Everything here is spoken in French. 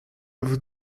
vous